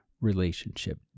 relationship